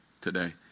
today